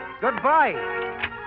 Goodbye